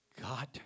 God